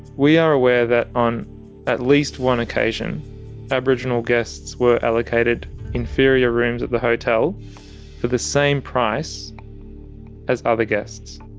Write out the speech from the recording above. we are aware that on at least one occasion aboriginal guests were allocated inferior rooms at the hotel for the same price as other guests.